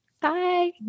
bye